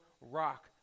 rock